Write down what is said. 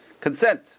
consent